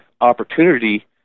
opportunity